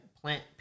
plant